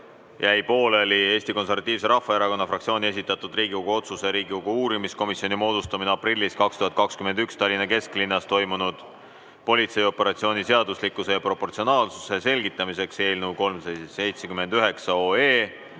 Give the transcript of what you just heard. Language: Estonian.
Jäi pooleli Eesti Konservatiivse Rahvaerakonna fraktsiooni esitatud Riigikogu otsuse "Riigikogu uurimiskomisjoni moodustamine aprillis 2021 Tallinna kesklinnas toimunud politseioperatsiooni seaduslikkuse ja proportsionaalsuse selgitamiseks" eelnõu 379